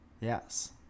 Yes